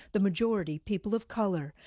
the majority people of color.